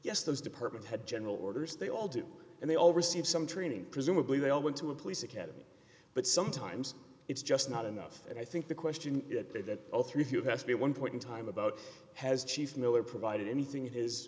yes those department had general orders they all do and they all receive some training presumably they all went to a police academy but sometimes it's just not enough and i think the question that all three of you have to be one point in time about has chief miller provided anything i